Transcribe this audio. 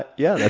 but yeah,